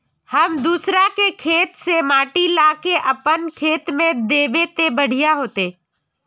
हम दूसरा के खेत से माटी ला के अपन खेत में दबे ते बढ़िया होते?